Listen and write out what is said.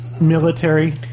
military